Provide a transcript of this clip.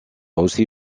aussi